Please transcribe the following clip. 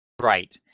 Right